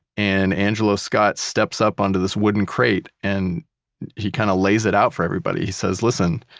and angelo scott steps up onto this wooden crate and he kind of lays it out for everybody. he says, listen,